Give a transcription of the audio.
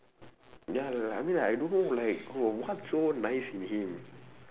ya like I mean like I don't know like no what's so nice in him